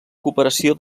cooperació